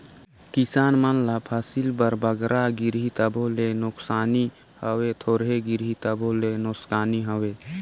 किसान मन ल फसिल बर बगरा गिरही तबो ले नोसकानी हवे, थोरहें गिरही तबो ले नोसकानी हवे